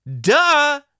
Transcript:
Duh